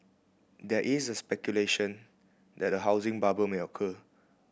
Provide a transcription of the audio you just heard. there is a speculation that a housing bubble may occur